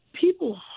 people